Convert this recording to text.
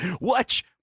Watch